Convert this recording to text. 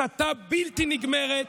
הסתה בלתי נגמרת.